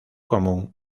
común